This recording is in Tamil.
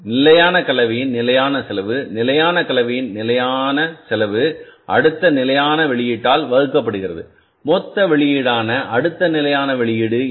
நிலையான கலவையின் நிலையான செலவு நிலையான கலவையின் நிலையான செலவு அடுத்த நிலையான வெளியீட்டால்வகுக்கப்படுகிறது மொத்த வெளியீடான அடுத்த நிலையான வெளியீடு என்ன